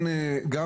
אתה